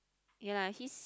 ya lah he's